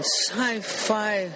Sci-Fi